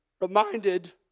reminded